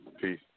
Peace